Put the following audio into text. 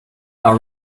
are